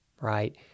right